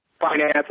finance